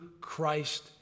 Christ